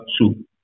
two